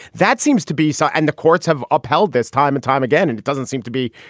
that seems to be so. and the courts have upheld this time and time again. and it doesn't seem to be.